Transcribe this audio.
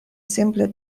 simple